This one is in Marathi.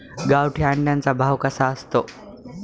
गावठी अंड्याचा भाव कसा असतो?